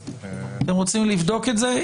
אתם רוצים לבדוק את זה?